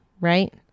right